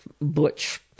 butch